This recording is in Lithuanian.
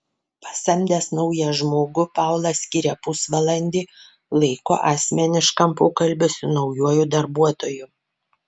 pasamdęs naują žmogų paulas skiria pusvalandį laiko asmeniškam pokalbiui su naujuoju darbuotoju